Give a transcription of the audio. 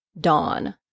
Dawn